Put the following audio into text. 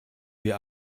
wir